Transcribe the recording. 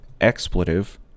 expletive